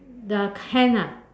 the hand ah